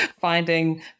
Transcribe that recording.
finding